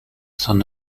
son